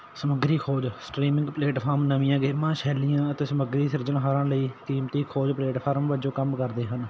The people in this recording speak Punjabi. ਸਮੱਗਰੀ ਖੋਜ ਸਟ੍ਰੀਮਿੰਗ ਪਲੇਟਫਾਰਮ ਨਵੀਆਂ ਗੇਮਾਂ ਸ਼ੈੱਲੀਆਂ ਅਤੇ ਸਮੱਗਰੀ ਸਿਰਜਾਣਹਾਰਾਂ ਲਈ ਕੀਮਤੀ ਖੋਜ ਪਲੇਟਫਾਰਮ ਵੱਜੋਂ ਕੰਮ ਕਰਦੇ ਹਨ